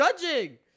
judging